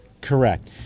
Correct